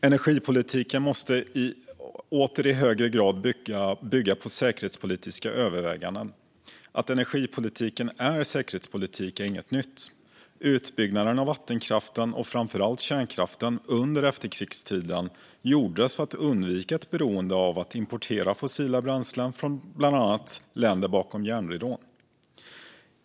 Energipolitiken måste åter i högre grad bygga på säkerhetspolitiska överväganden. Att energipolitik är säkerhetspolitik är inget nytt. Utbyggnaden av vattenkraften och framför allt kärnkraften under efterkrigstiden gjordes för att undvika ett beroende av importerade fossila bränslen från bland annat länder bakom järnridån.